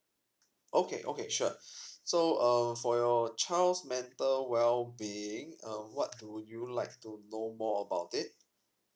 okay okay sure so um for your child's mental well being um what would you like to know more about it